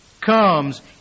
Comes